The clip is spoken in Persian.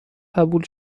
قبول